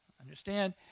understand